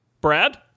Brad